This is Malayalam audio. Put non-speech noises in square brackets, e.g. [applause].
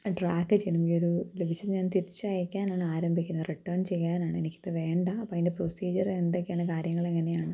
[unintelligible] ചെയ്യണം ഈയൊരു ലഭിച്ചത് ഞാൻ തിരിച്ചയക്കാനാണ് ആരംഭിക്കുന്നത് റിട്ടേൺ ചെയ്യാനാണെനിക്കത് വേണ്ട അപ്പോഴതിൻ്റെ പ്രോസീജ്യര് എന്തൊക്കെയാണ് കാര്യങ്ങളെങ്ങനെയാണ്